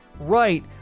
Right